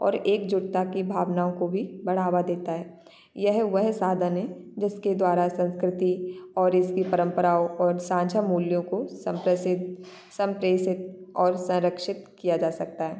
और एकजुटता की भावनाओं को भी बढ़ावा देता है येह वेह साधन है जिसके द्वारा संस्कृति और इसकी परम्पराओं और साँझा मूल्यों को संप्रेसित संप्रेसित और संरक्षित किया जा सकता है